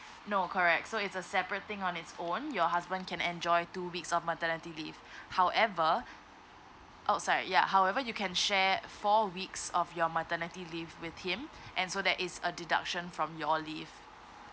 no correct so it's a separate thing on its own your husband can enjoy two weeks of maternity leave however oh sorry ya however you can share four weeks of your maternity leave with him and so there is a deduction from your leave